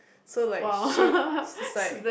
so like shit this is like